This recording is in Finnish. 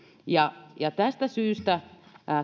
ja ja tästä syystä